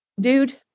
dude